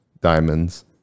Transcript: diamonds